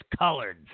coloreds